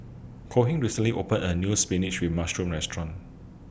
Cohen recently opened A New Spinach with Mushroom Restaurant